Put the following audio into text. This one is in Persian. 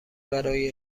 برای